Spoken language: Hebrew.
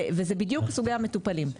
וזה בדיוק סוגי המטופלים.